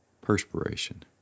perspiration